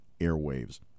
airwaves